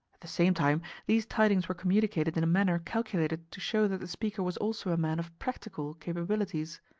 at the same time, these tidings were communicated in a manner calculated to show that the speaker was also a man of practical capabilities.